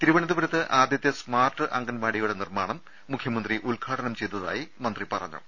തിരുവനന്തപുരത്ത് ആദ്യത്തെ സ്മാർട്ട് അങ്കണവാടിയുടെ നിർമ്മാണം മുഖ്യമന്ത്രി ഉദ്ഘാടനം ചെയ്തതായി മന്ത്രി പറഞ്ഞു